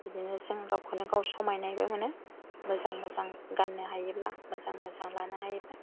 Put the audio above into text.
बिदिनो जों गावखौनो गाव समायनायबो मोनो मोजां मोजां गान्नो हायोब्ला मोजां मोजां लानो हायोब्ला